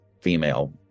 female